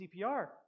CPR